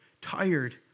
tired